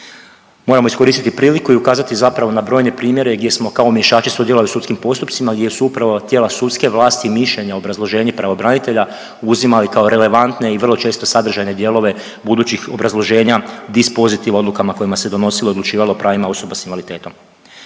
Moramo iskoristiti priliku i ukazati zapravo na brojne primjere gdje smo kao … sudjelovali u sudskim postupcima gdje su upravo tijela sudske vlasti i mišljenja, obrazloženje pravobranitelja uzimali kao relevantne i vrlo često sadržajne dijelove budućih obrazloženja dispozitiva odlukama o kojima se donosilo, odlučivalo o pravima osoba s invaliditetom.